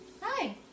Hi